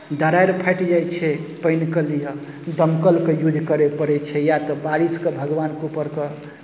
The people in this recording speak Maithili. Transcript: दरारि फाटि जाइ छै पानिके लिए दमकलके यूज करय पड़ै छै या तऽ बारिश भगवानके ऊपर